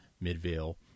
Midvale